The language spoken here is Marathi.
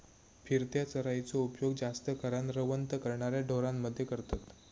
फिरत्या चराइचो उपयोग जास्त करान रवंथ करणाऱ्या ढोरांमध्ये करतत